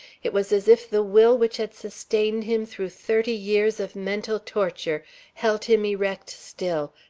it was as if the will which had sustained him through thirty years of mental torture held him erect still,